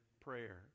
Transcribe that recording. prayer